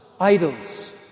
idols